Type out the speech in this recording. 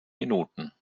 minuten